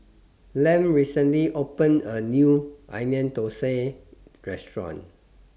Lem recently opened A New Onion Thosai Restaurant